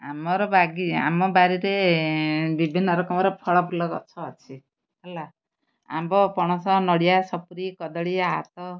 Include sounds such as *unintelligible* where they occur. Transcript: ଆମର *unintelligible* ଆମ ବାରିରେ ବିଭିନ୍ନ ରକମର ଫଳ ଫୁଲ ଗଛ ଅଛି ହେଲା ଆମ୍ବ ପଣସ ନଡ଼ିଆ ସପୁରି କଦଳୀ ଆତ